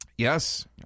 Yes